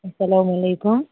السلام علیکُم